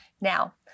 Now